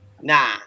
nah